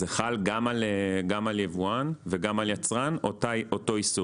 זה חל גם על יבואן וגם על יצרן אותו איסור.